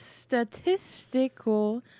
statistical